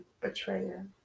betrayer